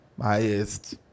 highest